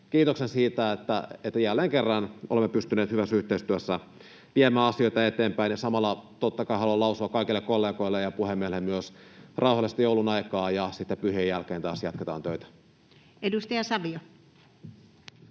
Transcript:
kiitoksen siitä, että jälleen kerran olemme pystyneet hyvässä yhteistyössä viemään asioita eteenpäin. Samalla totta kai haluan lausua kaikille kollegoille ja puhemiehelle myös rauhallista joulunaikaa. Sitten pyhien jälkeen taas jatketaan töitä. [Speech